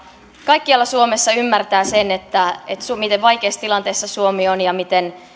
kaikkialla suomessa ymmärtävät sen miten vaikeassa tilanteessa suomi on ja miten